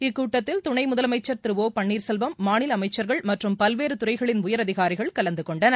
இக்கூட்டத்தில் துணை முதலமைச்சர் திரு ஓ பன்னீர்செல்வம் மாநில அமைச்சர்கள் மற்றும் பல்வேறு துறைகளின் உயரதினரிகள் கலந்து கொண்டனர்